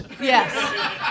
Yes